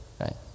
right